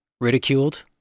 ridiculed